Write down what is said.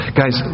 guys